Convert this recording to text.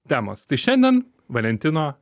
temos tai šiandien valentino